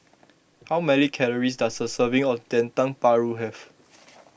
how many calories does a serving of Dendeng Paru have